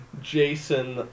Jason